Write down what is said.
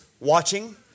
watching